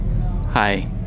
Hi